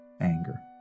anger